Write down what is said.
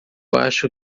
acho